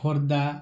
Khordha